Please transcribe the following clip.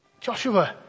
Joshua